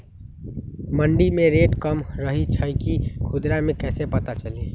मंडी मे रेट कम रही छई कि खुदरा मे कैसे पता चली?